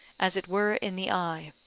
as it were in the eye.